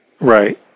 Right